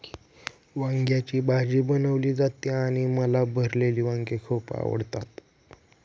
वांग्याची भाजी बनवली जाते आणि मला भरलेली वांगी खूप आवडतात